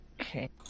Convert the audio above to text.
okay